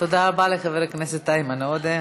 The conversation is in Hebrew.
תודה רבה לחבר הכנסת איימן עודה.